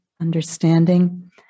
understanding